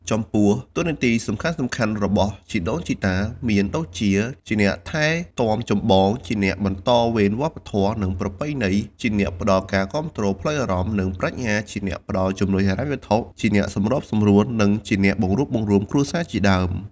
ចំពោះ តួនាទីសំខាន់ៗរបស់ជីដូនជីតាមានដូចជា ជាអ្នកថែទាំចម្បង ជាអ្នកបន្តវេនវប្បធម៌ និងប្រពៃណី ជាអ្នកផ្តល់ការគាំទ្រផ្លូវអារម្មណ៍ និងប្រាជ្ញា ជាអ្នកផ្តល់ជំនួយហិរញ្ញវត្ថុ ជាអ្នកសម្របសម្រួល និងជាអ្នកបង្រួបបង្រួមគ្រួសារជាដើម។